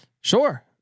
Sure